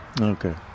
Okay